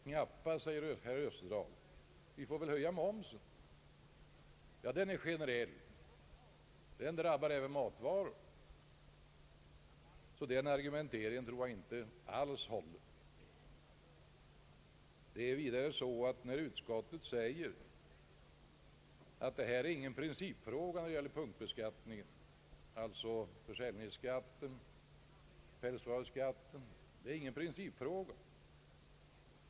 Knappast, säger herr Österdahl, vi får väl höja momsen. Ja, den är generell och drabbar även matvaror, så den argumenteringen tror jag inte alls håller. I utskottsbetänkandet framhålles vidare att punktbeskattningen inte är någon principfråga.